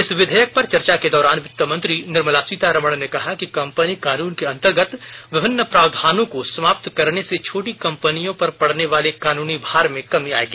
इस विधेयक पर चर्चा के दौरान वित्तमंत्री निर्मला सीतारमन ने कहा कि कंपनी कानून के अंतर्गत विभिन्न प्रावधानों को समाप्त करने से छोटी कंपनियों पर पड़ने वाले कानूनी भार में कमी आएगी